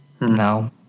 No